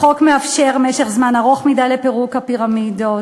החוק מאפשר משך זמן ארוך מדי לפירוק הפירמידות,